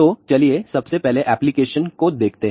तो चलिए सबसे पहले एप्लीकेशन को देखते हैं